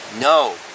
no